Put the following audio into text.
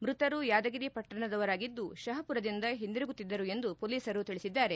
ಮೃತರು ಯಾದಗಿರಿ ಪಟ್ಟಣದವರಾಗಿದ್ದು ಶಪಾಪುರದಿಂದ ಹಿಂದಿರುಗುತ್ತಿದ್ದರು ಎಂದು ಪೊಲೀಸರು ತಿಳಿಸಿದ್ದಾರೆ